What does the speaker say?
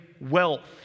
wealth